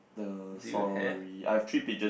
the sorry I have three pigeon